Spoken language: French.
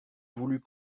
voulut